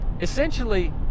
essentially